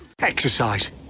Exercise